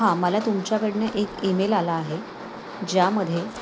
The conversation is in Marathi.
हां मला तुमच्याकडनं एक ईमेल आला आहे ज्यामध्ये